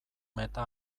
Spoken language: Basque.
meta